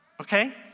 okay